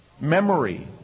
Memory